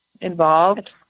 involved